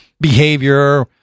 behavior